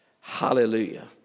Hallelujah